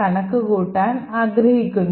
കണക്കുകൂട്ടാൻ ആഗ്രഹിക്കുന്നു